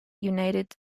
united